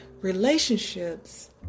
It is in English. relationships